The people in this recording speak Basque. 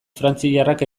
frantziarrak